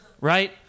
Right